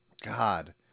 God